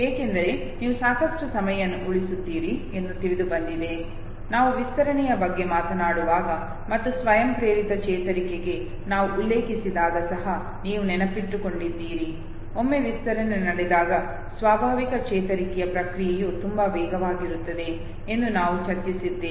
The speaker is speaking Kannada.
ಏಕೆಂದರೆ ನೀವು ಸಾಕಷ್ಟು ಸಮಯವನ್ನು ಉಳಿಸುತ್ತೀರಿ ಎಂದು ತಿಳಿದುಬಂದಿದೆ ನಾವು ವಿಸ್ತರಣೆಯ ಬಗ್ಗೆ ಮಾತನಾಡುವಾಗ ಮತ್ತು ಸ್ವಯಂಪ್ರೇರಿತ ಚೇತರಿಕೆಗೆ ನಾವು ಉಲ್ಲೇಖಿಸಿದಾಗ ಸಹ ನೀವು ನೆನಪಿಸಿಕೊಂಡಿದ್ದೀರಿ ಒಮ್ಮೆ ವಿಸ್ತರಣೆ ನಡೆದಾಗ ಸ್ವಾಭಾವಿಕ ಚೇತರಿಕೆಯ ಪ್ರಕ್ರಿಯೆಯು ತುಂಬಾ ವೇಗವಾಗಿರುತ್ತದೆ ಎಂದು ನಾವು ಚರ್ಚಿಸಿದ್ದೇವೆ